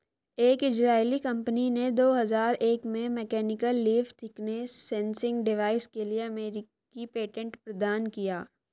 एक इजरायली कंपनी ने दो हजार एक में mechanical leaf thickness sensing device के लिए अमेरिकी पेटेंट प्रदान किया